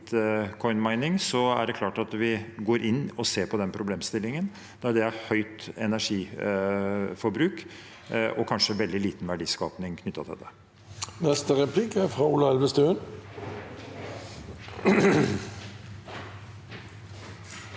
er det klart at vi går inn og ser på den problemstillingen når det er høyt energiforbruk og kanskje veldig liten verdiskaping knyttet til det. Ola Elvestuen